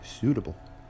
Suitable